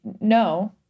No